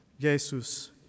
Jesus